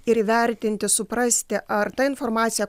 ir įvertinti suprasti ar ta informacija